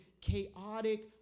chaotic